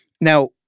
Now